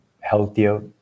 healthier